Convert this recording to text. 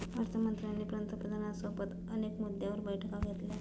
अर्थ मंत्र्यांनी पंतप्रधानांसोबत अनेक मुद्द्यांवर बैठका घेतल्या